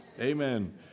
Amen